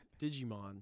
Digimon